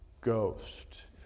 ghost